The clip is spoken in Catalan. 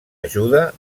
ajuda